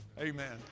Amen